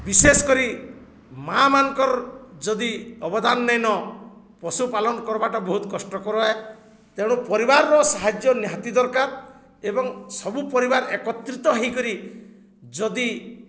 ବିଶେଷ କରି ମାଆମାନଙ୍କର ଯଦି ଅବଦାନ ନେଇଁନ ପଶୁପାଲନ କର୍ବାଟା ବହୁତ କଷ୍ଟକରଏ ତେଣୁ ପରିବାରର ସାହାଯ୍ୟ ନିହାତି ଦରକାର ଏବଂ ସବୁ ପରିବାର ଏକତ୍ରିତ ହୋଇକରି ଯଦି